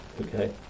okay